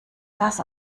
das